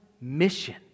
mission